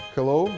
Hello